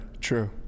True